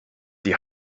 die